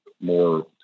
more